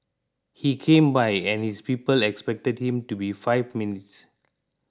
he came by and his people expected him to be five minutes